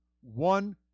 one